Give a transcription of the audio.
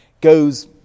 goes